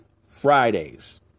Fridays